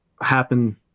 happen